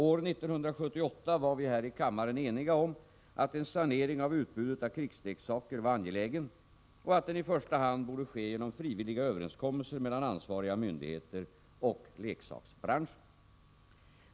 År 1978 var vi här i kammaren eniga om att en sanering av utbudet av krigsleksaker var angelägen och att den i första hand borde ske genom frivilliga överenskommelser mellan ansvariga myndigheter och leksaksbranschen.